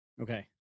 Okay